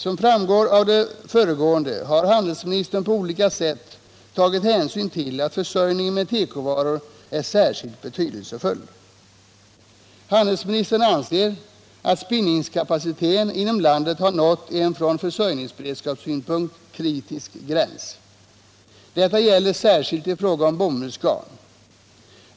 Som framgår av det föregående har handelsministern på olika sätt tagit hänsyn till att försörjningen med tekovaror är särskilt betydelsefull. Handelsministern anser att spinningskapaciteten inom landet har nått en från försörjningsberedskapssynpunkt kritisk gräns — detta gäller särskilt i fråga om bomullsgarn.